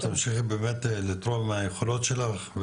תמשיכי באמת לתרום מהיכולות שלך,